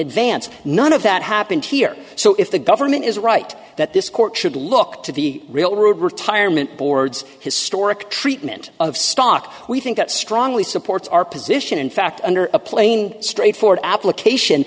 advance none of that happened here so if the government is right that this court should look to the real retirement board's historic treatment of stock we think that strongly supports our position in fact under a plain straightforward application